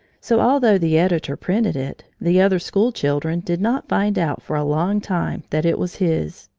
so although the editor printed it, the other school children did not find out for a long time that it was his.